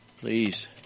Please